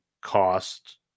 cost